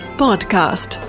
podcast